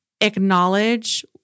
acknowledge